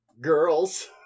girls